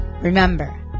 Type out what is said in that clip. Remember